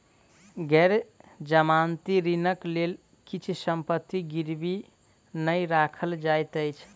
गैर जमानती ऋणक लेल किछ संपत्ति गिरवी नै राखल जाइत अछि